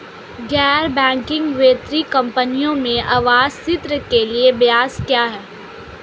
गैर बैंकिंग वित्तीय कंपनियों में आवास ऋण के लिए ब्याज क्या है?